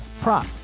prop